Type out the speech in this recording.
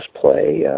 play